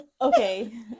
Okay